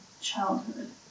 childhood